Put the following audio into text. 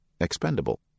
expendable